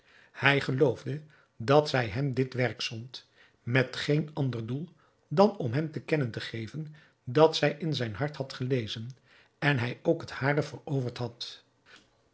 hij geloofde dat zij hem dit werk zond met geen ander doel dan om hem te kennen te geven dat zij in zijn hart had gelezen en hij ook het hare veroverd had